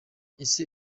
ese